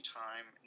time